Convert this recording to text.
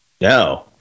No